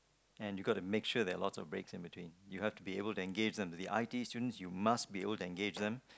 and you got to make sure that lots of breaks in between you have to be able to engage them I_T students you must be able to engage them